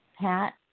Pat